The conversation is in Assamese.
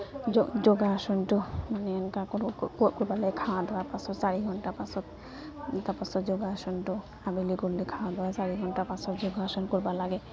যোগাসনটো মানে এনকা ক'ত কৰবা লাগে পাছত চাৰি ঘণ্টা পাছত তাৰপাছত যোগাসনটো আবেলি চাৰি ঘণ্টা পাছত যোগাসন কৰবা লাগে